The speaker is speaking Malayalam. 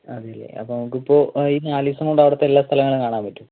അതേ അല്ലേ അപ്പോൾ നമുക്ക് ഇപ്പോൾ ഈ നാലു ദിവസം കൊണ്ട് അവിടത്തെ എല്ലാ സ്ഥലങ്ങളും കാണാൻ പറ്റുവോ